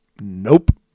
nope